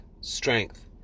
strength